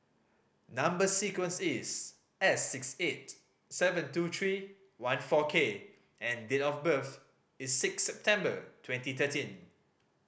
number sequence is S six eight seven two three one four K and date of birth is six September twenty thirteen